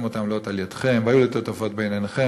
אתם לאות על ידכם והיו לטוטפת בין עיניכם,